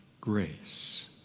grace